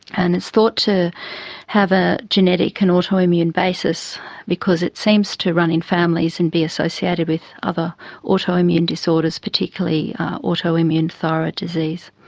and it's thought to have a genetic and autoimmune basis because it seems to run in families and be associated with other autoimmune disorders, particularly autoimmune thyroid disease.